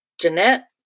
Jeanette